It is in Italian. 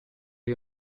gli